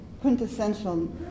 quintessential